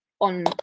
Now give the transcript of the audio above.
on